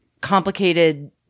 complicated